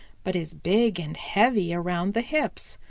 but is big and heavy around the hips.